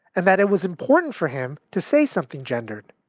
and that it was important for him to say something gendered?